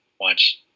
watch